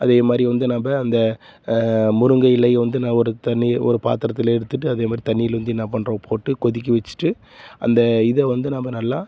அதே மாதிரி வந்து நாம் அந்த முருங்கை இலையை வந்து நான் ஒரு தனி ஒரு பாத்திரத்தில் எடுத்துட்டு அதே மாதிரி தண்ணியில வந்து என்ன பண்ணுறோம் போட்டு கொதிக்க வச்சிட்டு அந்த இதை வந்து நாம் நல்லா